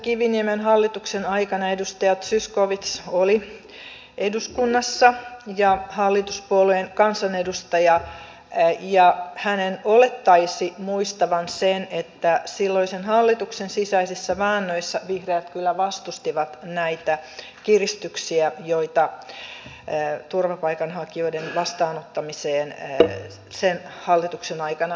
vanhasenkiviniemen hallituksen aikana edustaja zyskowicz oli eduskunnassa ja hallituspuolueen kansanedustaja ja hänen olettaisi muistavan sen että silloisen hallituksen sisäisissä väännöissä vihreät kyllä vastustivat näitä kiristyksiä joita turvapaikanhakijoiden vastaanottamiseen sen hallituksen aikana tehtiin